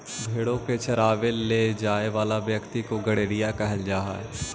भेंड़ों को चरावे ले जाए वाला व्यक्ति को गड़ेरिया कहल जा हई